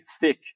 thick